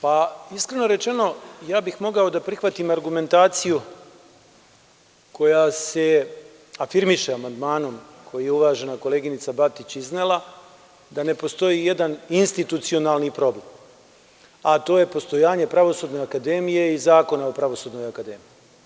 Pa, iskreno rečeno ja bih mogao da prihvatim argumentaciju koja se afirmiše amandmanom, koji je uvažena koleginica Batić iznela, da ne postoji i jedan institucionalni problem, a to je postojanje pravosudne akademije i Zakona o pravosudnoj akademiji.